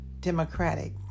democratic